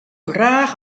graach